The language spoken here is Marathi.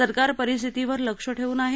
सरकार परिस्थितीवर लक्ष ठेऊन आहे